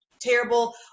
terrible